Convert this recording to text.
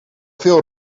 veel